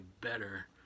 better